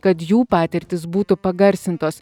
kad jų patirtys būtų pagarsintos